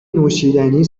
نوشیدنی